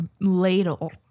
ladle